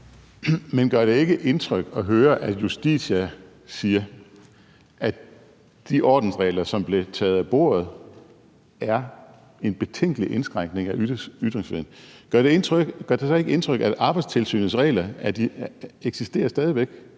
Men gør det ikke indtryk at høre, at Justitia siger, at de ordensregler, som blev taget af bordet, er en betænkelig indskrænkning af ytringsfriheden? Gør det så ikke indtryk, at Arbejdstilsynets regler stadig væk